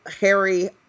Harry